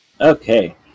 Okay